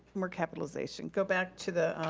more capitalization. go back to the